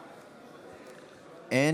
אין.